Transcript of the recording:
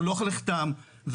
טרם נחתם,